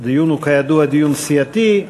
הדיון הוא כידוע דיון סיעתי.